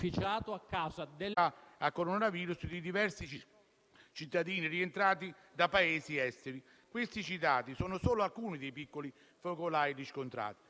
Certamente non si poteva rimanere sempre in *lockdown*, con la chiusura completa di tante attività e strutture, così come previsto nella fase acuta della pandemia.